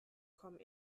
kommen